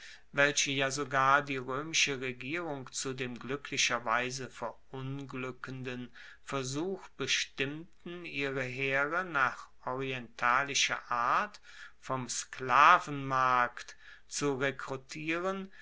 welche ja sogar die roemische regierung zu dem gluecklicherweise verunglueckenden versuch bestimmten ihre heere nach orientalischer art vom sklavenmarkt zu rekrutieren